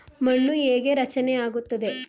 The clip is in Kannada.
ಮಣ್ಣು ಹೇಗೆ ರಚನೆ ಆಗುತ್ತದೆ?